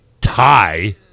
tie